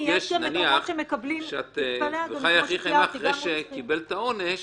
אחרי שהוא קיבל את העונש